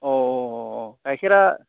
अ गाइखेरा